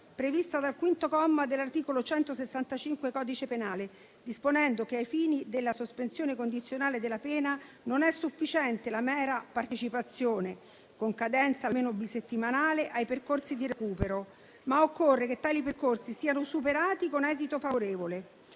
prevista dal quinto comma dell'articolo 165 del codice penale, disponendo che, ai fini della sospensione condizionale della pena, non è sufficiente la mera partecipazione, con cadenza almeno bisettimanale, ai percorsi di recupero, ma occorre che tali percorsi siano superati con esito favorevole.